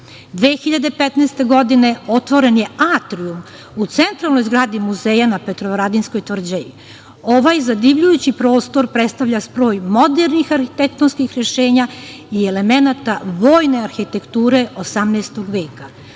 2015. otvoren je atrijum u centralnoj zgradi Muzeja na Petrovaradinskoj tvrđavi. Ovaj zadivljujući prostor predstavlja spoj modernih arhitektonskih rešenja i elemenata vojne arhitekture XVIII veka.